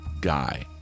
guy